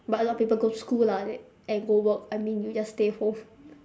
but a lot people go school lah and and go work I mean you just stay home